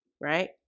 right